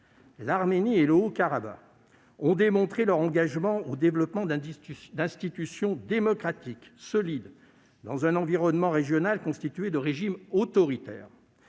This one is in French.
L'Arménie et le Haut-Karabagh ont démontré leur engagement en faveur du développement d'institutions démocratiques solides dans un environnement régional constitué de régimes autoritaires.